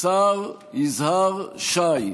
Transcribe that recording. השר יזהר שי.